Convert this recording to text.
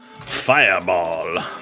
fireball